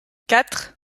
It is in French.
quatre